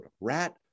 Rat